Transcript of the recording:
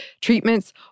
treatments